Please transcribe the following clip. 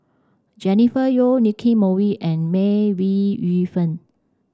Jennifer Yeo Nicky Moey and May Wee Yu Fen